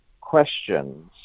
questions